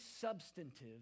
substantive